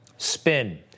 spin